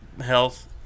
health